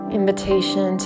invitation